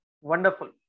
wonderful